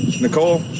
Nicole